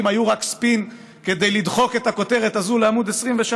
היו רק ספין כדי לדחוק את הכותרת הזו לעמ' 23,